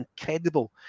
Incredible